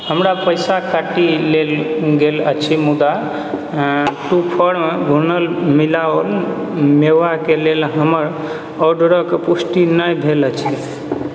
हमर पैसा काटि लेल गेल अछि मुदा ट्रू फार्म भुनल मिलाओल मेवाके लेल हमर ऑर्डरके पुष्टि नहि भेल अछि